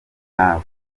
nawe